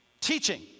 Teaching